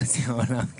חצי העולם, כן.